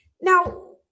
Now